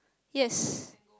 yes